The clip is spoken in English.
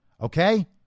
Okay